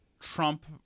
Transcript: Trump